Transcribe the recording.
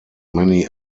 many